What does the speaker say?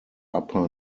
upper